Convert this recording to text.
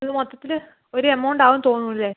ഇത് മൊത്തത്തില് ഒര് എമൗണ്ട് ആവും തോന്നുന്നു അല്ലെ